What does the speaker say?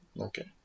Okay